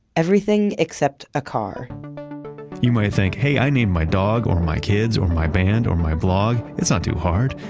everything except a car you might think, hey i named my dog, or my kids, or my band, or my blog. it's not too hard.